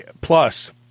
plus